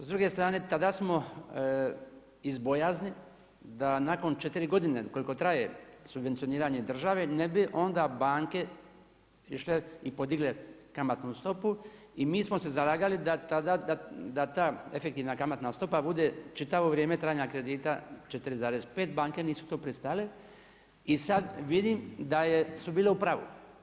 S druge strane, tada smo iz bojazni da nakon 4 godine koliko traje subvencioniranje države ne bi onda banke išle i podigle kamatnu stopu i mi smo se zalagali da ta efektivna kamatna stopa bude čitavo vrijeme trajanja kredita 4,5, banke nisu na to pristale, i sad vidim da je, da su bile u pravu.